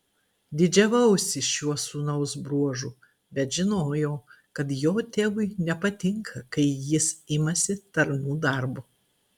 didžiavausi šiuo sūnaus bruožu bet žinojau kad jo tėvui nepatinka kai jis imasi tarnų darbo